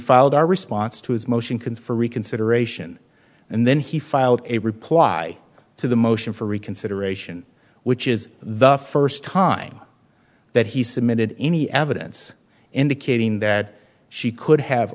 filed our response to his motion can for reconsideration and then he filed a reply to the motion for reconsideration which is the first time that he submitted any evidence indicating that she could have